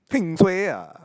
heng suay ah